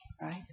Right